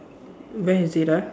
where is it ah